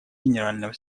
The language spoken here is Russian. генерального